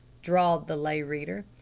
drawled the lay reader.